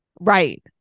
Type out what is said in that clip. right